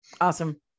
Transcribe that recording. Awesome